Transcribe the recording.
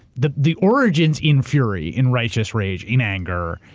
the the origins in fury, in righteous rage, in anger,